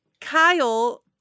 Kyle